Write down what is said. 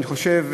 אני חושב,